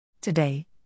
Today